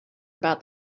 about